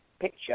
picture